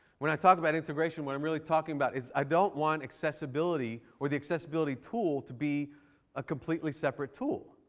when i talk about integration, what i'm really talking about is i don't want accessibility or the accessibility tool to be a completely separate tool.